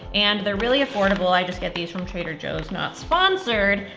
and they're really affordable. i just get these from trader joe's, not sponsored.